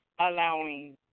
allowing